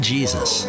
Jesus